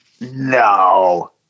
No